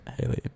Haley